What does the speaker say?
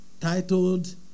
titled